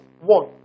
one